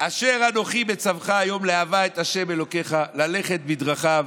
"אשר אנכי מצוך היום לאהבה את ה' אלהיך ללכת בדרכיו